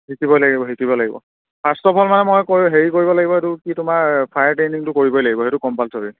শিকিব লাগিব শিকিব লাগিব ফাৰ্ষ্ট অফ অল মানে মই হেৰি কৰিব লাগিব এইটো কি তোমাৰ ফায়াৰ ট্ৰেইনিংটো কৰিব লাগিব সেইটো কম্পালচৰী